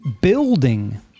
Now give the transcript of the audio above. Building